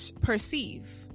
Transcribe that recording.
perceive